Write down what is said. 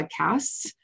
podcasts